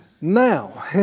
now